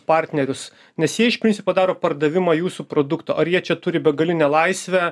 partnerius nes jie iš principo daro pardavimą jūsų produkto ar jie čia turi begalinę laisvę